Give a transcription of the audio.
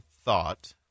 thought